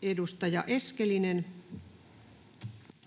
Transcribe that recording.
[Speech